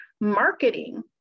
marketing